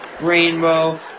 rainbow